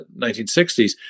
1960s